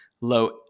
low